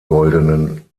goldenen